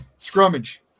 Scrummage